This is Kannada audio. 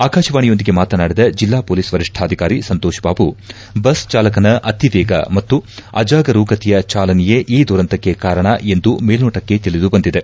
ಆಕಾಶವಾಣಿಯೊಂದಿಗೆ ಮಾತನಾಡಿದ ಜಿಲ್ಲಾ ಪೊಲೀಸ್ ವರಿಷ್ಠಾಧಿಕಾರಿ ಸಂತೋಷ್ ಬಾಬು ಬಸ್ ಚಾಲಕನ ಅತಿವೇಗ ಮತ್ತು ಅಜಾಗರೂತೆಯ ಚಾಲನೆಯೇ ಈ ದುರಂತಕ್ಕೆ ಕಾರಣ ಎಂದು ಮೇಲ್ನೋಟಕ್ಕೆ ತಿಳಿದು ಬಂದಿದೆ